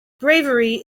bravery